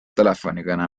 telefonikõne